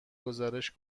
گزارش